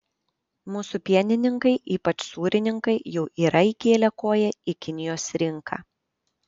mūsų pienininkai ypač sūrininkai jau yra įkėlę koją į kinijos rinką